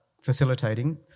facilitating